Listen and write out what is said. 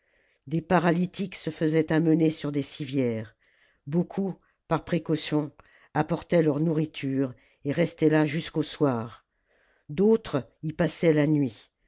des paralytiques se faisaient amener sur des civières beaucoup par précaution apportaient leur nourriture et restaient là jusqu'au soir d'autres y passaient la nuit